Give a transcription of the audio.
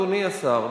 אדוני השר,